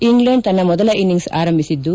England ತನ್ನ ಮೊದಲ innings ಆರಂಭಿಸಿದ್ದು